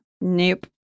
Nope